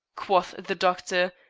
quoth the doctor,